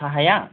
साहाया